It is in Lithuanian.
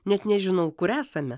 net nežinau kur esame